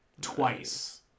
Twice